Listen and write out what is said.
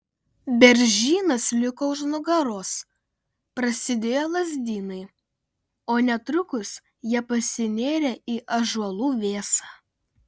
beržynas liko už nugaros prasidėjo lazdynai o netrukus jie pasinėrė į ąžuolų vėsą